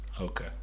Okay